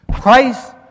Christ